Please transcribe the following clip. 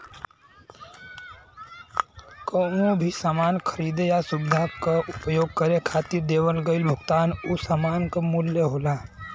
कउनो भी सामान खरीदे या सुविधा क उपभोग करे खातिर देवल गइल भुगतान उ सामान क मूल्य होला